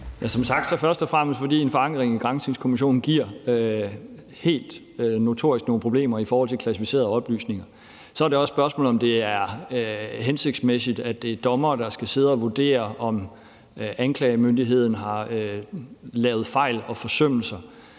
Som sagt først og fremmest fordi en forankring i granskningskommissionen helt notorisk giver nogle problemer i forhold til klassificerede oplysninger. Så er det også spørgsmålet, om det er hensigtsmæssigt, at det er dommere, der skal sidde og vurdere, om anklagemyndigheden har lavet fejl og forsømmelser,